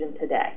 today